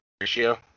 ratio